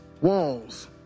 walls